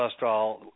cholesterol